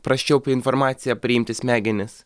prasčiau informaciją priimti smegenys